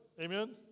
amen